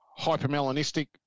hypermelanistic